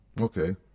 okay